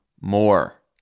more